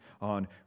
on